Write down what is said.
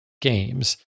games